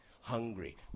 hungry